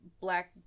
black